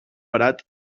barat